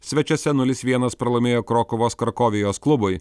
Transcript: svečiuose nulis vienas pralaimėjo krokuvos karkovijos klubui